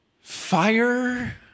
Fire